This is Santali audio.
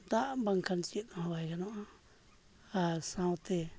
ᱫᱟᱜ ᱵᱟᱝᱠᱷᱟᱱ ᱪᱮᱫ ᱦᱚᱸ ᱵᱟᱭ ᱜᱟᱱᱚᱜᱼᱟ ᱟᱨ ᱥᱟᱶᱛᱮ